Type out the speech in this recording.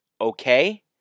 okay